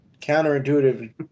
counterintuitive